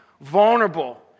vulnerable